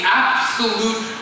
absolute